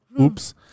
Oops